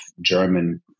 German